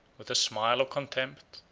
with a smile of contempt,